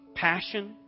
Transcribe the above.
Passion